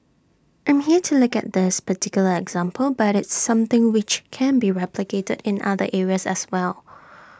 I'm here to look at this particular example but it's something which can be replicated in other areas as well